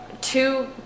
two